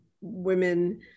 women